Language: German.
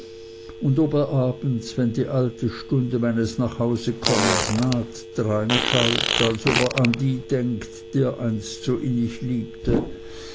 und ob er abends wenn die alte stunde meines nachhausekommens naht dreinschaut als ob er an die denkt die er einst so innig liebte